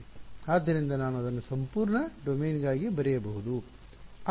ಆದ್ದರಿಂದ ನಾನು ಅದನ್ನು ಸಂಪೂರ್ಣ ಡೊಮೇನ್ಗಾಗಿ ಬರೆಯಬಹುದು